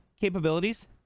capabilities